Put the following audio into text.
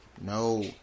No